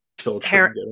children